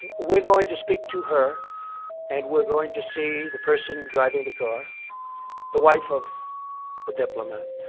we're going to speak to her and we're going to see the person driving the car the wife of the diplomat.